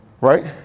Right